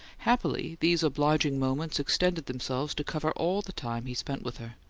happily, these obliging moments extended themselves to cover all the time he spent with her.